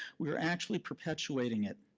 we are actually perpetuating it,